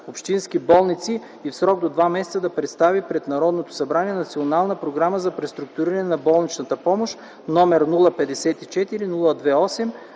общински болници и в срок до 2 месеца да представи пред Народното събрание Национална програма за преструктуриране на болничната помощ, № 054-02-8,